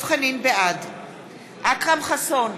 בעד אכרם חסון,